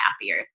happier